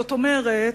זאת אומרת,